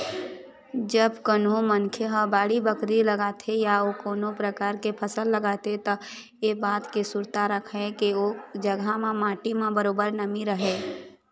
जब कोनो मनखे ह बाड़ी बखरी लगाथे या अउ कोनो परकार के फसल लगाथे त ऐ बात के सुरता राखय के ओ जघा म माटी म बरोबर नमी रहय